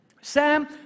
Sam